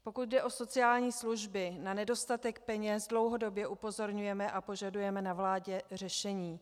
Pokud jde o sociální služby, na nedostatek peněz dlouhodobě upozorňujeme a požadujeme na vládě řešení.